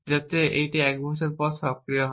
যাতে এটি এক বছর পরে সক্রিয় হয়